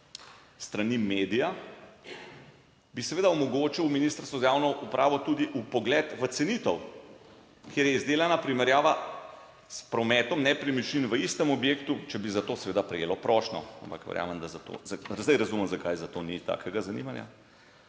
strani medija, bi seveda omogočil Ministrstvu za javno upravo tudi vpogled v cenitev, kjer je izdelana primerjava s prometom nepremičnin v istem objektu, če bi za to seveda prejelo prošnjo, ampak verjamem, da, za to, zdaj razumem, zakaj za to ni takega zanimanja.